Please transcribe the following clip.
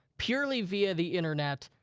purely via the internet,